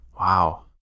wow